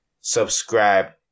Subscribe